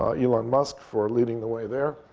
ah elon musk, for leading the way there.